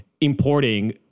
importing